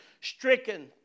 stricken